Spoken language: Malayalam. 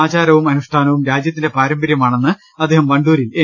ആചാരവും അനുഷ്ഠാനവും രാജ്യത്തിന്റെ പാരമ്പര്യമാണെന്ന് അദ്ദേഹം വണ്ടൂരിൽ എൻ